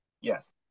Yes